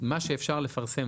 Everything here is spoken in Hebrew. ומה שאפשר לפרסם,